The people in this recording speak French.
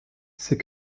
c’est